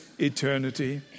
eternity